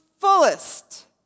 fullest